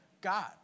God